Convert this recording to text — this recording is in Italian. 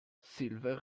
silver